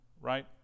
right